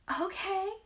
okay